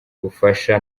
bufasha